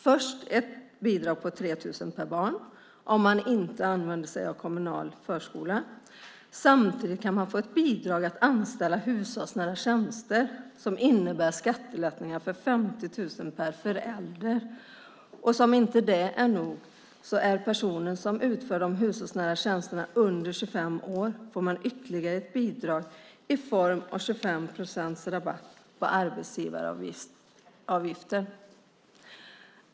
Först är det ett bidrag på 3 000 per barn, om man inte använder sig av kommunal förskola, samtidigt som man kan få ett bidrag för att anställa någon att utföra hushållsnära tjänster - som innebär skattelättnader på 50 000 per förälder - och som inte det är nog kan man få ett ytterligare bidrag om personen som utför de hushållsnära tjänsterna är under 25 år i form av 25 procents rabatt på arbetsgivaravgiften.